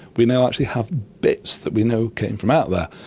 we now actually have bits that we know came from out there.